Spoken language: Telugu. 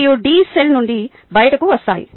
C మరియు D సెల్ నుండి బయటకు వస్తాయి